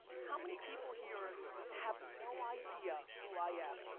how many people here have no idea who i am?